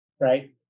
right